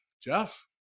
Jeff